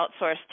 outsourced